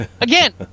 again